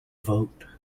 vote